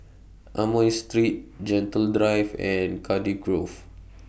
Amoy Street Gentle Drive and Cardiff Grove